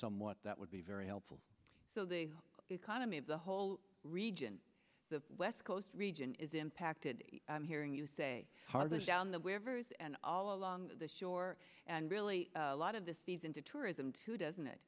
somewhat that would be very helpful so the economy of the whole region the west coast region is impacted hearing you say harbors down the waivers and all along the shore and really a lot of the seas into tourism too doesn't it